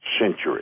century